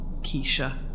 Keisha